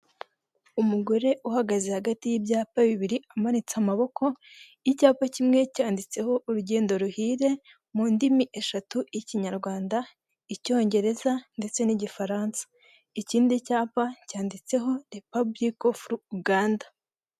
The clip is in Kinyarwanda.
Umugore uhagaze hagati y'ibyapa bibiri amanitse amaboko, y'icyapa kimwe cyanditseho urugendo ruhire mu ndimi eshatu; Ikinyarwanda, Icyongereza, ndetse n'Igifaransa. Ikindi cyapa cyanditseho repabulike ofu Uganda.